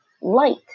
light